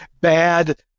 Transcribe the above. Bad